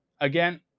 Again